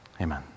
Amen